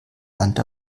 land